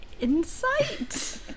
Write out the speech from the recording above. insight